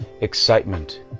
excitement